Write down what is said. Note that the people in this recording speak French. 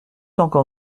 encore